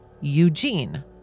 Eugene